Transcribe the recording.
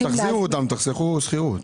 אז תחזירו אותם, תחסכו שכירות.